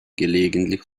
gelegentlich